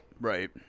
Right